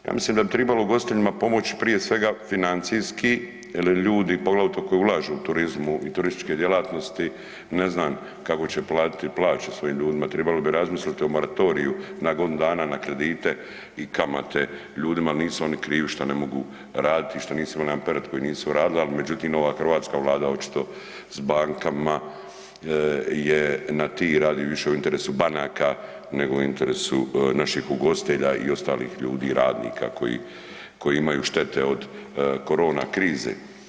Ja mislim da bi tribalo ugostiteljima pomoć prije svega financijski jel ljudi, poglavito koji ulažu u turizmu i turističke djelatnosti ne znan kako će platiti plaće svojim ljudima, tribalo bi razmisliti o moratoriju na godinu dana na kredite i kamate ljudima jel nisu oni krivi šta ne mogu raditi i šta nisu imali jedan period koji nisu radili, al međutim ova hrvatska vlada očito s bankama je na ti, radi više u interesu banaka nego u interesu naših ugostitelja i ostalih ljudi i radnika koji, koji imaju štete od korona krize.